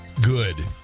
Good